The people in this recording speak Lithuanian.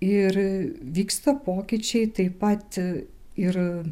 ir vyksta pokyčiai taip pat ir